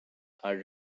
are